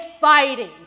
fighting